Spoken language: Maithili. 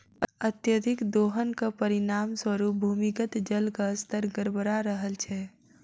अत्यधिक दोहनक परिणाम स्वरूप भूमिगत जलक स्तर गड़बड़ा रहल छै